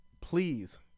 please